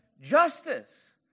justice